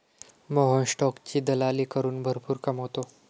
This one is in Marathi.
मोहन स्टॉकची दलाली करून भरपूर कमावतो